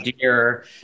dear